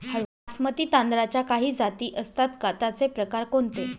बासमती तांदळाच्या काही जाती असतात का, त्याचे प्रकार कोणते?